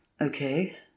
okay